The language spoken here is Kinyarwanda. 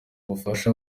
ubufasha